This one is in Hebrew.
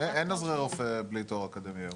אין עוזרי רופא בלי תואר אקדמי.